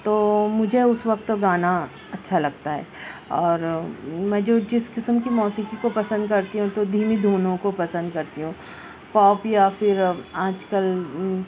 تو مجھے اس وقت تو گانا اچھا لگتا ہے اور میں جو جس قسم کی موسیقی کو پسند کرتی ہوں تو دھیمی دھنوں کو پسند کرتی ہوں پوپ یا پھر آج کل